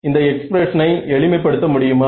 இந்த எக்ஸ்பிரஷனை எளிமை படுத்த முடியுமா